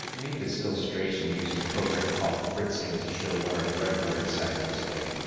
made this illustration using a program called fritzing to show what our breadboard side looks like.